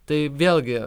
tai vėlgi